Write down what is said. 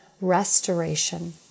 restoration